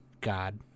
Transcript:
God